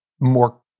more